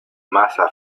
masa